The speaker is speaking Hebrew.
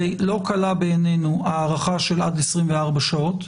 לא קלה בעינינו הארכה של עד 24 שעות,